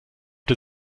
der